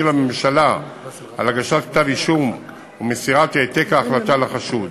לממשלה בדבר הגשת כתב-אישום ומסירת העתק ההחלטה לחשוד.